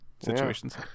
situations